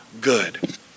good